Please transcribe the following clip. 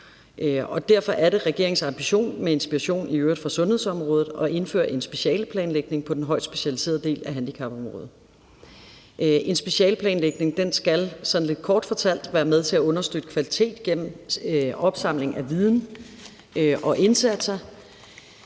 Derfor er det regeringens ambition, i øvrigt med inspiration fra sundhedsområdet, at indføre en specialeplanlægning på den højtspecialiserede del af handicapområdet. En specialeplanlægning skal sådan lidt kort fortalt være med til at understøtte kvalitet igennem opsamling af viden og indsatser,